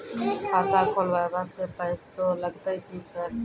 खाता खोलबाय वास्ते पैसो लगते की सर?